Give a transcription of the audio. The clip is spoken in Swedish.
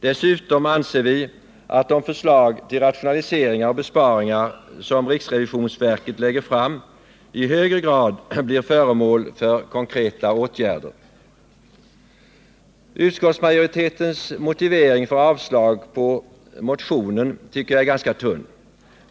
Dessutom anser vi att de förslag till rationaliseringar och besparingar som riksrevisionsverket lägger fram i högre grad bör bli föremål för konkreta åtgärder. Utskottsmajoritetens motivering för avslag på motionen tycker jag är ganska tunn.